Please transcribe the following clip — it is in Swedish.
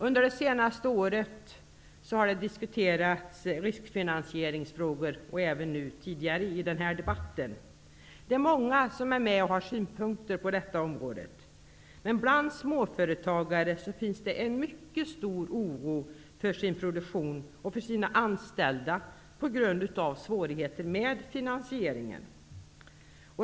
Under det senaste året, och även under denna debatt, har riskfinansieringsfrågor diskuterats. Det är många som har synpunkter på detta område. Bland småföretagare finns det en mycket stor oro för produktionen och för de anställda på grund av svårigheter med finansieringen.